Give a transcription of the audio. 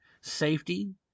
Safety